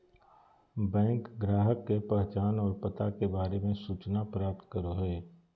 bank ग्राहक के पहचान और पता के बारे में सूचना प्राप्त करो हइ